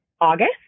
August